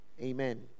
Amen